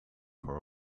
her